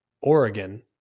Oregon